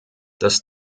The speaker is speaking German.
das